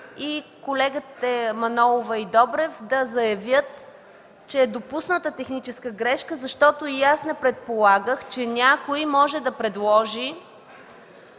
колегите Манолова и Добрев да заявят, че е допусната техническа грешка, защото и аз не предполагах, че някой може да предложи